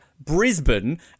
Brisbane